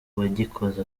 uwagikoze